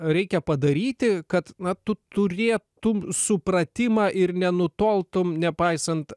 reikia padaryti kad na tu turėtum supratimą ir nenutoltum nepaisant